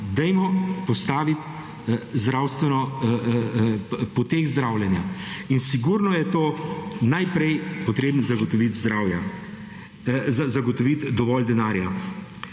dajmo postaviti zdravstveno, potek zdravljenja.« In sigurno je to najprej potrebno zagotoviti zdravja,